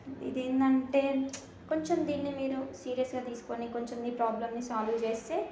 ఇది ఏంటంటే కొంచెం దీన్ని మీరు సీరియస్గా తీసుకొని కొంచెం ఈ ప్రాబ్లంని సాల్వ్ చేస్తే